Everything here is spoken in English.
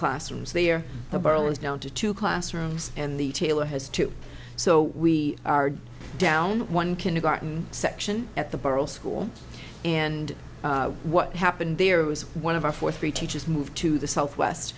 classrooms there the borough is down to two classrooms and the tailor has two so we are down one kindergarten section at the borough school and what happened there was one of our fourth grade teachers moved to the southwest